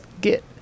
get